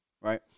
right